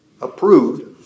approved